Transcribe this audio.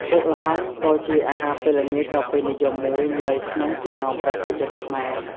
បុកល្ហុង ក៏ជាអាហារពេលល្ងាចដ៏ពេញនិយមមួយនៅក្នុងចំំំណោមប្រជាជនខ្មែរ។